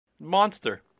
Monster